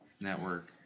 network